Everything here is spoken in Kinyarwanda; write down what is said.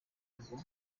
rwo